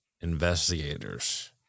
investigators